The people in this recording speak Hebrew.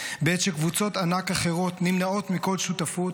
בעת שקבוצות ענק אחרות נמנעות מכל שותפות,